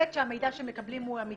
ב' שהמידע שמקבלים הוא אמיתי.